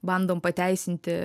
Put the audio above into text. bandom pateisinti